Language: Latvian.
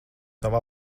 savu